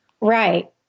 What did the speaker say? Right